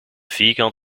vierkant